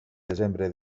desembre